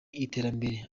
iterambere